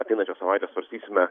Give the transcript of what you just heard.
ateinančią savaitę svarstysime